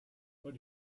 but